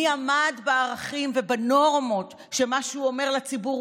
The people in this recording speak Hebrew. מי עמד בערכים ובנורמות שמה שהוא אומר לציבור,